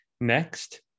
Next